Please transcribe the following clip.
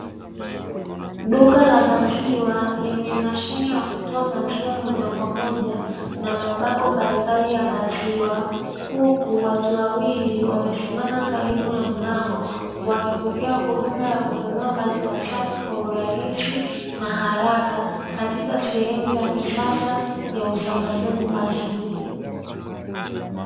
Duka la maziwa lenye mashine ya kutoa maziwa moja kwa moja na mabango mbalimbali ya maziwa, huku watu wawili wamesimama karibu na mlango wakipokea huduma ya kununua maziwa safi kwa urahisi na haraka, katika sehemu ya kisasa ya usambazaji maziwa.